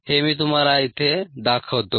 हे मी तुम्हाला इथे दाखवतो